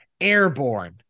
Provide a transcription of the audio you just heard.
airborne